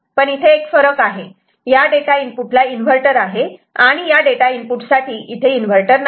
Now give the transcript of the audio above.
पण इथे एक फरक आहे या डेटा इनपुटला इन्व्हर्टर आहे आणि या डेटा इनपुट साठी इथे इन्व्हर्टर नाही